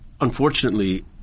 unfortunately